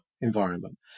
environment